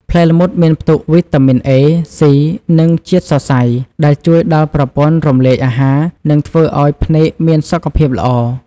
ផ្លែល្មុតមានផ្ទុកវីតាមីន A, C និងជាតិសរសៃ ដែលជួយដល់ប្រព័ន្ធរំលាយអាហារ និងធ្វើឲ្យភ្នែកមានសុខភាពល្អ។